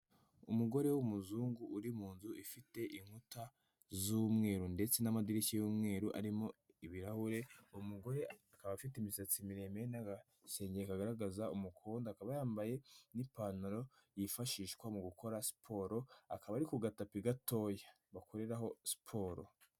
Umugore w'umuzungu uri mu nzu ifite inkuta z'umweru ndetse n'amadirishya y'umweru arimo ibirahure, uwo umugore akaba afite imisatsi miremire n'agasengeri kagaragaza umukondo, akaba yambaye n'ipantaro yifashishwa mu gukora siporo, akaba ari ku gatapi gatoya bakoreraho siporo.